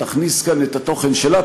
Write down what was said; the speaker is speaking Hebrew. תכניס כאן את התוכן שלה,